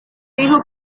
dijo